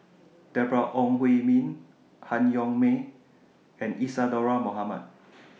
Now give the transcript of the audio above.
Deborah Ong Hui Min Han Yong May and Isadhora Mohamed